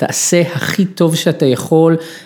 תעשה הכי טוב שאתה יכול.